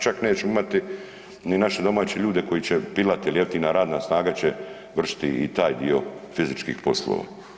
Čak nećemo imati niti naše domaće ljude koji će pilati jer jeftina radna snaga će vršiti i taj dio fizičkih poslova.